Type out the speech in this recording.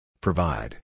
Provide